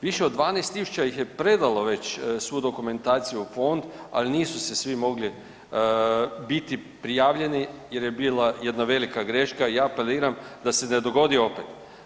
Više od 12000 ih je predalo već svu dokumentaciju u fond, al nisu se svi mogli biti prijavljeni jer je bila jedna velika greška i ja apeliram da se ne dogodi opet.